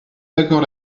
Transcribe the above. d’accord